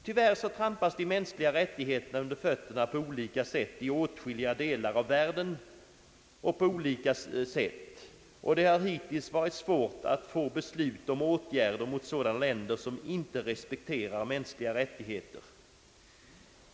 Tyvärr trampas de mänskliga rättigheterna under fötterna på olika sätt i åtskilliga delar av världen, och det har hittills varit svårt att få beslut om åtgärder mot sådana länder som inte respekterar mänskliga rättigheter.